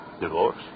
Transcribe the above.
Divorce